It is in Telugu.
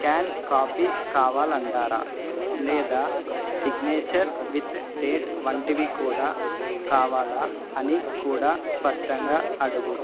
స్కాన్ కాపీ కావాలంటారా లేదా సిగ్నేచర్ విత్ డేట్ వంటివి కూడా కావాలా అని కూడా స్పష్టంగా అడుగు